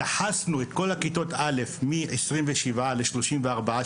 דחסנו את כל כיתות א' מ-27 ל-34 תלמידים,